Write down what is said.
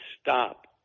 stop